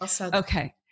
okay